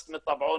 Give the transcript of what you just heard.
בסמת טבעון,